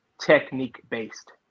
technique-based